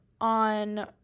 on